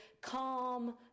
calm